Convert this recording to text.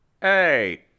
Hey